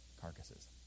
carcasses